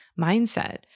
mindset